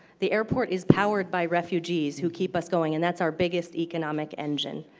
the airport is powered by refugees who keep us going. and that's our biggest economic engine.